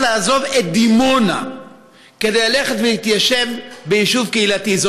לעזוב את דימונה כדי ללכת ולהתיישב ביישוב קהילתי.